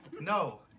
No